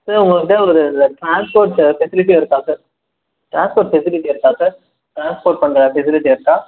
sir உங்கள்ட்டே ஒரு transport facility இருக்கா சார் ட்ரான்ஸ்போர்ட் ஃபெசிலிட்டி இருக்கா சார் ட்ரான்ஸ்போர்ட் பண்ணுற ஃபெசிலிட்டி இருக்கா